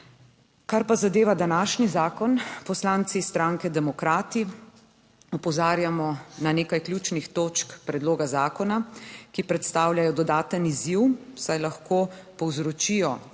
Kar pa zadeva današnji zakon, poslanci stranke Demokrati opozarjamo na nekaj ključnih točk predloga zakona, ki predstavljajo dodaten izziv, saj lahko povzročijo